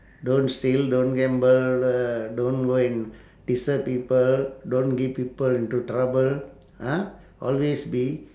don't steal don't gamble uh don't go and disturb people don't get people into trouble ha always be